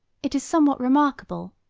it is somewhat remarkable,